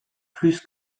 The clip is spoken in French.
plus